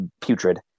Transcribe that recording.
putrid